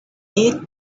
eat